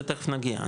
זה תיכף נגיע,